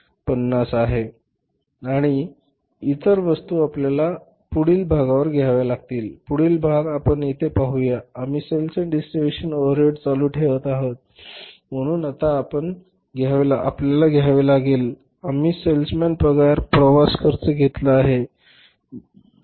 आणि इतर वस्तू आपल्याला आता पुढील भागावर घ्याव्या लागतील आणि पुढील भाग आपण येथे पाहूया आम्ही सेल्स एन्ड डिस्ट्रिब्युशन ओव्हरहेड चालू ठेवत आहोत म्हणून आपण आता घ्यावे लागेल आम्ही सेल्स मॅन पगार प्रवास खर्च घेतला आहे बरोबर